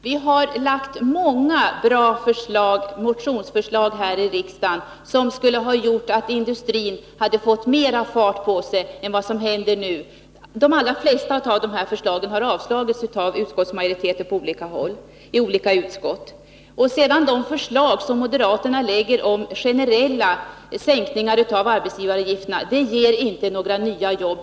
Fru talman! Vi har här i riksdagen lagt fram många goda förslag som skulle ha kunnat ge industrin större fart än vad den nu har. De allra flesta av dessa förslag har avstyrkts av majoriteten inom de olika utskotten. De förslag till generella sänkningar av arbetsgivaravgifterna som moderaterna lägger fram ger inte några nya jobb.